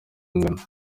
angana